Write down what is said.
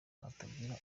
hatagira